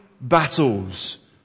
battles